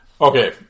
okay